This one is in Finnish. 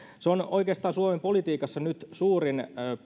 se on oikeastaan suomen politiikassa nyt suurin